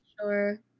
sure